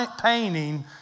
painting